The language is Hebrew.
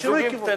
זיגזוגים קטנים.